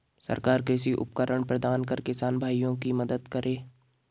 सरकार कृषि उपकरण प्रदान कर किसान भाइयों की मदद करें